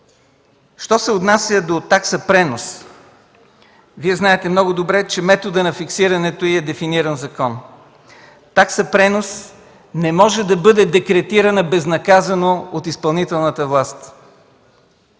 Що се отнася до такса „пренос”, Вие много добре знаете, че методът на фиксирането й е дефинирано в закон. Такса „пренос” не може да бъде декретирана безнаказано от изпълнителната власт.